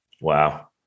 Wow